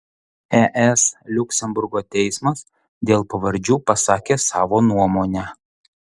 es liuksemburgo teismas dėl pavardžių pasakė savo nuomonę